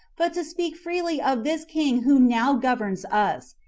but to speak freely of this king who now governs us,